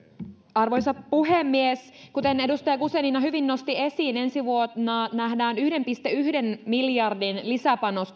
arvoisa puhemies kuten edustaja guzenina hyvin nosti esiin ensi vuonna nähdään yhden pilkku yhden miljardin lisäpanos